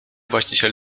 właściciel